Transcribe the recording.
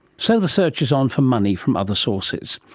so the search is on for money from other sources.